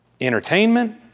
Entertainment